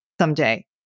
someday